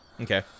Okay